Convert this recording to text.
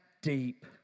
deep